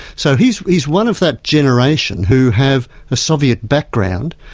so he's he's one of that generation who have a soviet background,